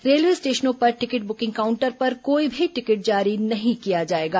railway स्टेषनों पर ticket booking counter पर कोई भी टिकट जारी नहीं किया जाएगा